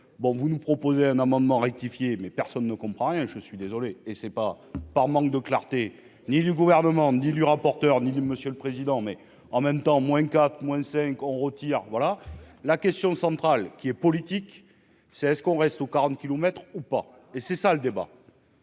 bon, vous nous proposez un amendement rectifié mais personne ne comprend rien, je suis désolé, et c'est pas par manque de clarté, ni le gouvernement ni lui rapporteur ni de Monsieur le Président, mais en même temps, moins quatre, moins cinq, on retire, voilà la question centrale qui est politique, c'est ce qu'on reste au 40 kilomètres ou pas et c'est ça le débat.